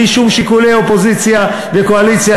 בלי שום שיקולי אופוזיציה וקואליציה.